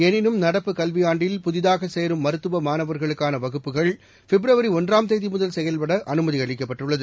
எளினும் நடப்பு கல்வியாண்டில் புதிதாகச் சேரும் மருத்துவ மாணவர்களுக்கான வகுப்புகள் பிப்ரவரி ஒன்றாம் தேதிமுதல் செயல்பட அனுமதி அளிக்கப்பட்டுள்ளது